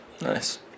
Nice